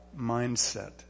mindset